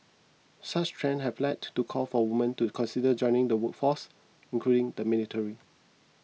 such trends have led to call for women to consider joining the workforce including the military